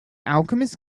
alchemist